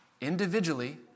individually